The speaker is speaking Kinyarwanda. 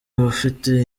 abafite